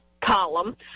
column